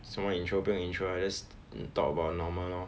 什么 intro 不用 into lah just talk about normal lor